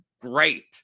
great